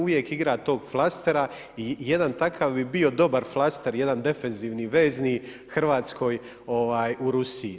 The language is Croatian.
Uvijek igra tog flastera i jedan takav bi bio dobar flaster, jedan defenzivni vezni, Hrvatskoj u Rusiji.